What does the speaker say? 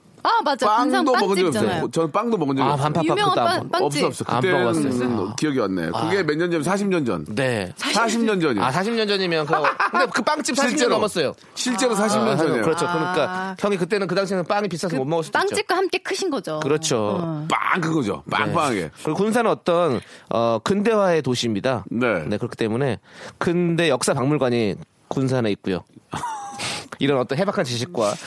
아, 맞아요. 군산 빵도 먹은 적이 빵집이잖아요. 없어요. 저는 빵도 먹은 적이 아, 없어요. 반팥빵 그거도 유명한 빵- 안 먹었나? 빵집. 없어, 없어. 안 먹어봤어요. 그때는 기억이 안 나요. 그게 아. 몇 년 전이에요? 40년 전. 네. 40년 전이요. 아, 40년 전이면 그거- 근데 그 빵집 40년 실제로. 넘었어요. 실제로 아. 40년 전이에요. 그렇죠. 그러니까 아. 형이 그때는 그 당시에는 빵이 비싸서 그 못 먹었을 수도 빵집- 있죠. 빵집과 함께 크신 거죠. 그렇죠. 어. 빵 그거죠. 네. 빵빵하게. 그리고 군산은 어떤, 어, 근대화의 도시입니다. 네. 네, 그렇기 때문에 근대 역사박물관이 군산에 있고요. 이런 어떤 해박한 지식과